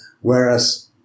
Whereas